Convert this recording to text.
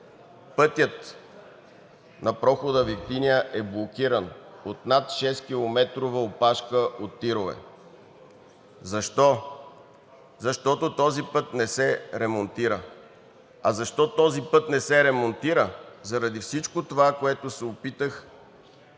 пътят на прохода Витиня е блокиран от над шест-километрова опашка от тирове. Защо? Защото този път не се ремонтира. А защо този път не се ремонтира? Заради всичко това, което се опитах